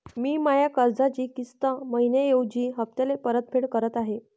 मी माया कर्जाची किस्त मइन्याऐवजी हप्त्याले परतफेड करत आहे